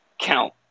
count